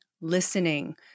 listening